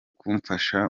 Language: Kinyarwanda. kumfasha